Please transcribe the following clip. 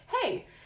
Hey